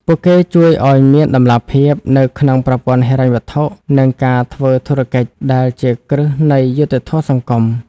ពួកគេជួយឱ្យមាន "តម្លាភាព" នៅក្នុងប្រព័ន្ធហិរញ្ញវត្ថុ និងការធ្វើធុរកិច្ច ដែលជាគ្រឹះនៃយុត្តិធម៌សង្គម។